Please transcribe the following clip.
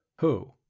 Who